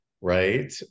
Right